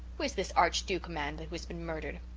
who is this archduke man but who has been murdered?